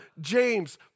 James